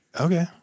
Okay